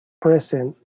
present